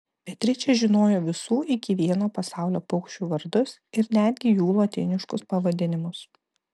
beatričė žinojo visų iki vieno pasaulio paukščių vardus ir netgi jų lotyniškus pavadinimus